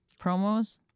promos